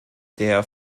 der